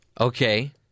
Okay